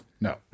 No